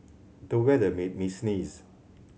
the weather made me sneeze